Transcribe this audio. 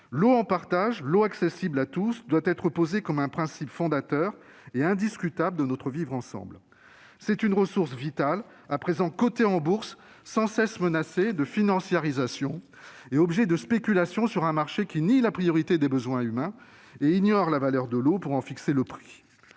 L'eau en partage, l'eau accessible à tous, doit être posée comme un principe fondateur et indiscutable de notre vivre ensemble. C'est une ressource vitale, à présent cotée en bourse, sans cesse menacée de financiarisation et objet de spéculations sur un marché qui nie la priorité des besoins humains et ignore la valeur de l'eau pour en fixer le prix